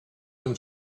him